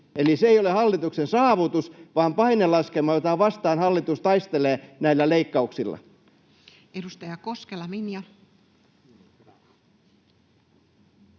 Eli se ei ole hallituksen saavutus, vaan painelaskelma, jota vastaan hallitus taistelee näillä leikkauksilla. [Speech 78]